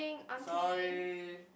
sorry